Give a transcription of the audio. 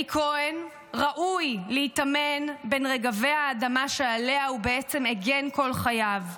אלי כהן ראוי להיטמן בין רגבי האדמה שעליה בעצם הגן כל חייו.